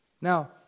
Now